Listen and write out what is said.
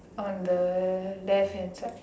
on the left hand side